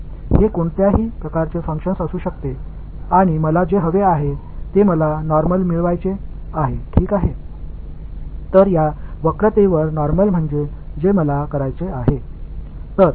எனவே இது எந்த விதமான பங்க்ஷன் இருக்கலாம் எனவே இந்த வளைவுக்கு இயல்பானது நான் பெற விரும்புகிறேன்